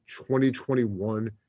2021